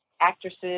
actresses